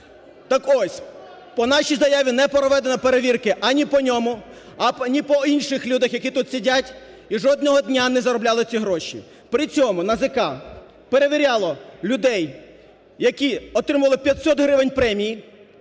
Так ось, по нашій заяві не проведено перевірки ані по ньому, ані по інших людях, які тут сидять і жодного дня не заробляли ці гроші. При цьому НАЗК перевіряло людей, які отримали 500 гривень премій,